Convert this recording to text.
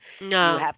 no